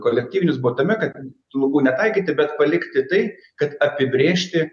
kolektyvinius buvo tame kad ten lubų netaikyti bet palikti tai kad apibrėžti